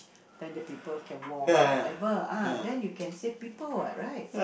then the people can walk whatever ah then you can save people what right